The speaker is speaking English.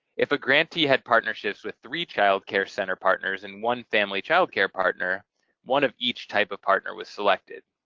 if a grantee had partnerships with three child care center partners in one family child care partner one of each type of partner was selected.